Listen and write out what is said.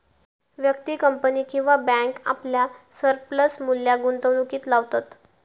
व्यक्ती, कंपनी किंवा बॅन्क आपल्या सरप्लस मुल्याक गुंतवणुकीत लावतत